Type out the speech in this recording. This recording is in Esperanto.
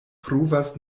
pruvas